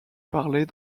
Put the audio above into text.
parlée